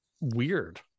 weird